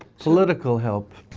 political help.